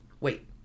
Wait